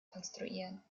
konstruieren